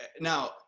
now